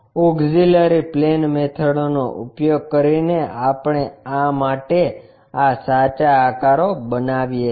auxiliary plane method નો ઉપયોગ કરીને આપણે આ માટે આ સાચા આકારો બનાવીએ છીએ